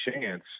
chance